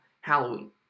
Halloween